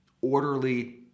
orderly